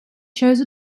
chose